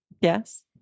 yes